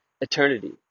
eternity